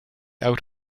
out